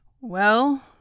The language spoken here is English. Well